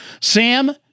Sam